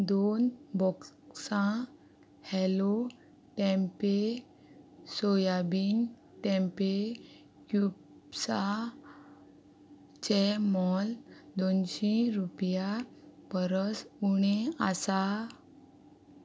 दोन बॉक्सां हॅलो टॅम्पे सोयाबीन टॅम्पे क्युपसाचें मोल दोनशीं रुपया परस उणें आसा